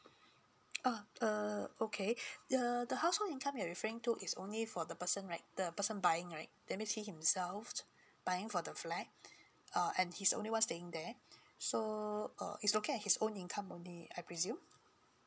oh uh okay uh the household income you're referring to is only for the person right the person buying right that means he himself buying for the flat uh and he's only one staying there so uh it's looking at his own income only I presume